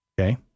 okay